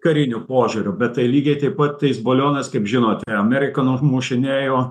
kariniu požiūriu bet tai lygiai taip pat tais balionais kaip žinot ir amerika numušinėjo